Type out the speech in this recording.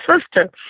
sister